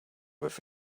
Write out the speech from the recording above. with